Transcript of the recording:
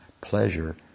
pleasure